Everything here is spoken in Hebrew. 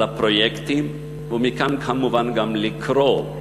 על הפרויקטים, ומכאן כמובן גם לקרוא,